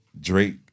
Drake